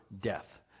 death